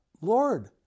Lord